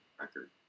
record